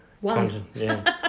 One